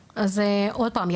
אז עוד פעם,